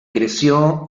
creció